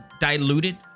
diluted